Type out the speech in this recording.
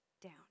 down